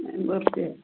എൺപത് രൂപ